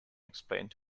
explained